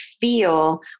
feel